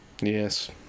Yes